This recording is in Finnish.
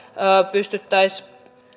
pystyttäisiin